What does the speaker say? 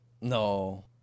No